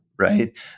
Right